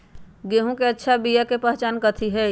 गेंहू के अच्छा बिया के पहचान कथि हई?